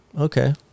Okay